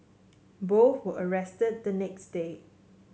both were arrested the next day